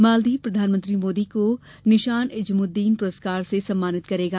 मालदीव प्रधानमंत्री मोदी को निशान इजुद्दीन पुरस्कार से सम्मानित करेगी